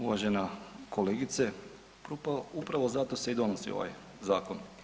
Uvažena kolegice, pa upravo zato se i donosi ovaj zakon.